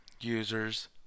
users